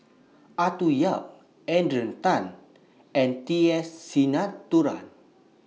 Arthur Yap Adrian Tan and T S Sinnathuray